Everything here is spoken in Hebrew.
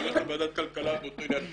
אני הולך לוועדת כלכלה באותו עניין.